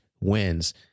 wins